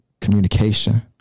Communication